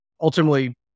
ultimately